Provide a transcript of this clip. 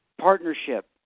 partnership